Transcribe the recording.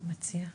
ד"ר אמציה.